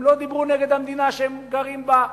הם לא דיברו נגד המדינה שהם גרים בה,